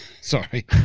Sorry